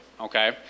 okay